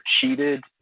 cheated